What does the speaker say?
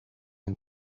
and